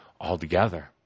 altogether